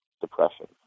depression